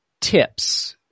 Tips